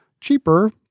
cheaper